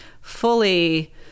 fully